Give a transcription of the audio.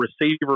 receiver